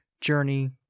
journey